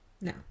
No